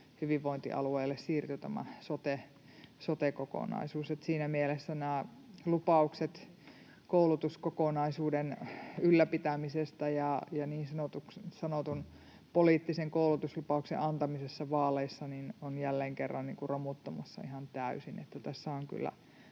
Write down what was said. hyvinvointialueille siirtyi tämä sote-kokonaisuus. Siinä mielessä nämä lupaukset koulutuskokonaisuuden ylläpitämisestä ja niin sanotun poliittisen koulutuslupauksen antamisesta vaaleissa ovat jälleen kerran romuttumassa ihan täysin. Tässä on kyllä